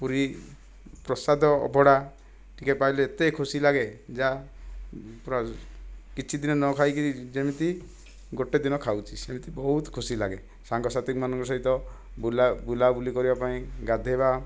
ପୁରୀ ପ୍ରସାଦ ଅବଢ଼ା ଟିକିଏ ପାଇଲେ ଏତେ ଖୁସି ଲାଗେ ଯା ପୁରା କିଛି ଦିନ ନ ଖାଇକରି ଯେମିତି ଗୋଟିଏ ଦିନ ଖାଉଛି ସେମିତି ବହୁତ ଖୁସି ଲାଗେ ସାଙ୍ଗ ସାଥିମାନଙ୍କ ସହିତ ବୁଲା ବୁଲାବୁଲି କରିବା ପାଇଁ ଗାଧୋଇବା